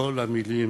כל המילים